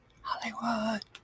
Hollywood